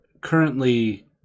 currently